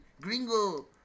gringo